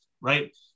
right